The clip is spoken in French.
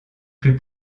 plus